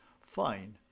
Fine